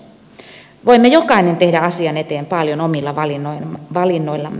voimme jokainen tehdä asian eteen paljon omilla valinnoillamme